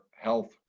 health